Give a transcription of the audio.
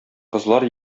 кызлар